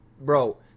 bro